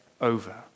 over